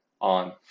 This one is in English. on